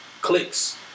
clicks